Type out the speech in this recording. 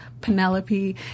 Penelope